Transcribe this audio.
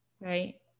right